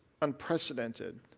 unprecedented